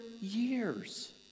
years